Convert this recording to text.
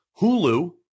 Hulu